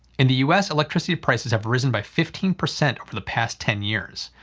in the u s. electricity prices have risen by fifteen percent over the past ten years,